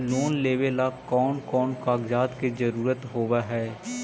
Loan लेबे ला कौन कौन कागजात के जरुरत होबे है?